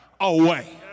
away